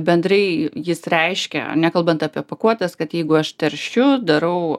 bendrai jis reiškia nekalbant apie pakuotes kad jeigu aš teršiu darau